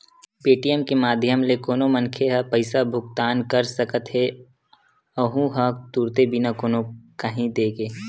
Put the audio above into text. Paytm के माधियम ले कोनो मनखे ह पइसा भुगतान कर सकत हेए अहूँ ह तुरते बिना कोनो काइही देर के